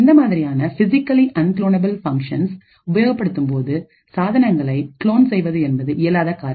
இந்தமாதிரியான physically unclonable functions உபயோகப்படுத்தும் போது சாதனங்களை டிவைசஸ் devices க்ளோன்செய்வது என்பது இயலாத காரியம்